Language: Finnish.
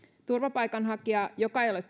turvapaikanhakija joka ei ole